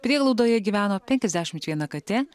prieglaudoje gyveno penkiasdešimt viena katė